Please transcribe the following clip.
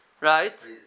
right